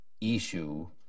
issue